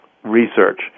Research